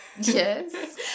Yes